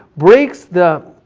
breaks the,